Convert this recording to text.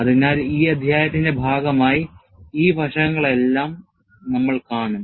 അതിനാൽ ഈ അധ്യായത്തിന്റെ ഭാഗമായി ഈ വശങ്ങളെല്ലാം നമ്മൾ കാണും